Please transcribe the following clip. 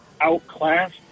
outclassed